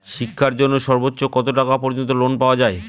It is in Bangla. শিক্ষার জন্য সর্বোচ্চ কত টাকা পর্যন্ত লোন পাওয়া য়ায়?